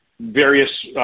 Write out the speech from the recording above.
various –